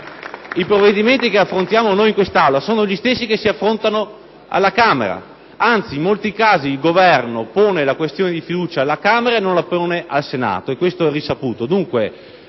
I provvedimenti che noi affrontiamo in quest'Aula sono gli stessi che affronta la Camera. Anzi, in molti casi il Governo pone la questione di fiducia alla Camera e non al Senato: questo è risaputo.